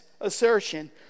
assertion